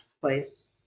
place